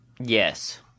yes